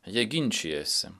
jie ginčijasi